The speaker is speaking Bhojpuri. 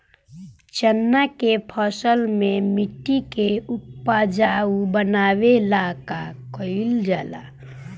चन्ना के फसल में मिट्टी के उपजाऊ बनावे ला का कइल जाला?